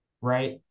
right